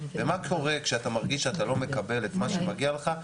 ומה קורה כשאתה מרגיש שאתה לא מקבל את מה שמגיע לך,